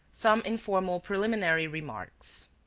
some informal preliminary remarks